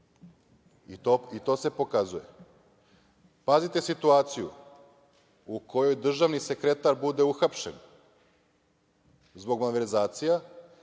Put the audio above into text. i to se pokazuje. Pazite situaciju u kojoj državni sekretar bude uhapšen zbog malverzacija,